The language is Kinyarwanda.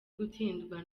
gutsindwa